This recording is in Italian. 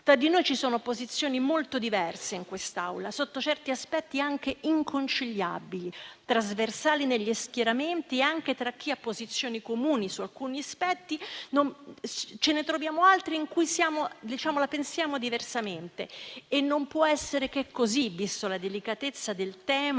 femministe. Ci sono posizioni molto diverse in quest'Aula, sotto certi aspetti anche inconciliabili, trasversali negli schieramenti e anche tra chi ha posizioni comuni su alcuni aspetti, ne troviamo altri in cui la pensiamo diversamente. E non può essere che così, viste la delicatezza del tema